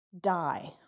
die